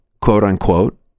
quote-unquote